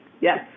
yes